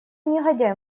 негодяй